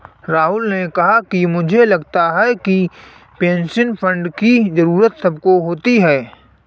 राहुल ने कहा कि मुझे लगता है कि पेंशन फण्ड की जरूरत सबको होती है